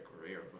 career